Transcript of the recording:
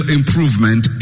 improvement